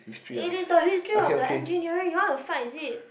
it is the history of the engineering you want to fight is it